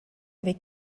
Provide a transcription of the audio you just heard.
avec